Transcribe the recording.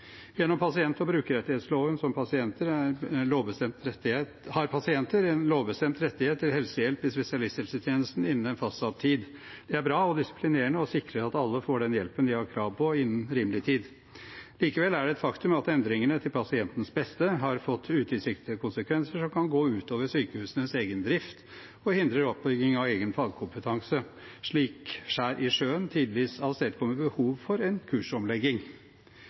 Gjennom pasient- og brukerrettighetsloven har pasienter en lovbestemt rettighet til helsehjelp ved spesialisthelsetjenesten innen en fastsatt tid. Det er bra og disiplinerende og sikrer at alle får den hjelpen de har krav på, innen rimelig tid. Likevel er det et faktum at endringene til pasientens beste har fått utilsiktede konsekvenser som kan gå ut over sykehusenes egen drift og hindre oppbygging av egen fagkompetanse, slik skjær i sjøen tidvis avstedkommer behov for en kursomlegging.